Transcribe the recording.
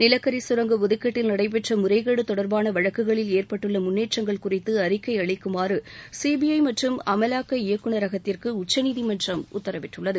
நிலக்கரி கரங்க ஒதுக்கீட்டில் நடைபெற்ற முறைகேடு தொடர்பான வழக்குகளில் ஏற்பட்டுள்ள முன்னேற்றங்கள் குறித்து அறிக்கை அளிக்குமாறு சிபிஐ மற்றும் அமவாக்க இயக்குனரகத்திற்கு உச்சநீதிமன்றம் உத்தரவிட்டுள்ளது